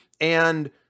And-